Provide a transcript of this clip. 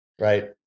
Right